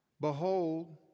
Behold